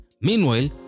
Meanwhile